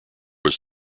was